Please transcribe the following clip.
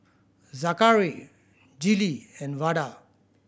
Zackary Gillie and Vada